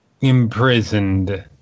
imprisoned